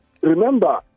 Remember